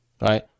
right